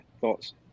thoughts